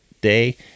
day